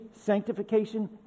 sanctification